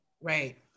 Right